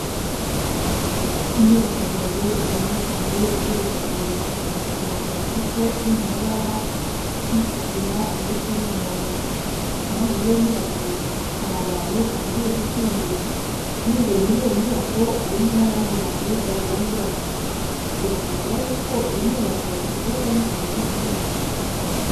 Inyubako ndende nziza cyane igeretse kabiri, biragaragara ko iri mu mabara y'ikigina ndetse n'umuhondo, iruhande rw'iyo nyubako hari abantu bategereje kwinjira, n'imbere muri iyo nyubako harimo n'abandi bantu bagera muri batatu, biragaragara y'uko iyi nyubako ikorerwamo serivisi z'ubuvuzi.